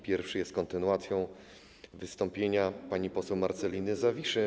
Pierwszy jest kontynuacją wystąpienia pani poseł Marceliny Zawiszy.